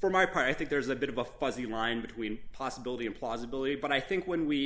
for my part i think there's a bit of a fuzzy line between possibility implausibility but i think when we